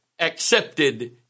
accepted